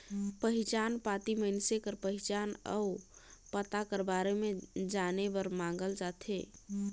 पहिचान पाती मइनसे कर पहिचान अउ पता कर बारे में जाने बर मांगल जाथे